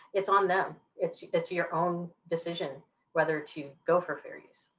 it's on them. it's it's your own decision whether to go for fair use,